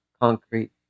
concrete